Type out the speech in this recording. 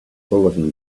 bulletin